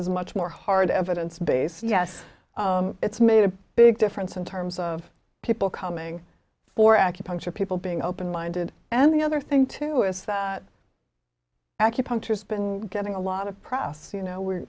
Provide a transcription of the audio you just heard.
a much more hard evidence base yes it's made a big difference in terms of people coming for acupuncture people being open minded and the other thing too is acupuncturist been getting a lot of proust's you know we